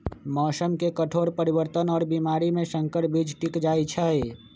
मौसम के कठोर परिवर्तन और बीमारी में संकर बीज टिक जाई छई